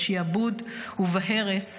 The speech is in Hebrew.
בשעבוד ובהרס,